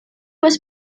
was